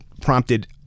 prompted